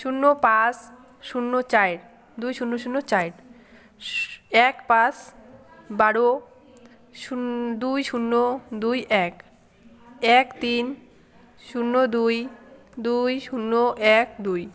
শূন্য পাঁচ শূন্য চার দুই শূন্য শূন্য চার এক পাঁচ বারো দুই শূন্য দুই এক এক তিন শূন্য দুই দুই শূন্য এক দুই